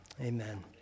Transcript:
Amen